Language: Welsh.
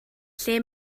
lle